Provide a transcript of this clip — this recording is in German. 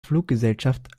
fluggesellschaft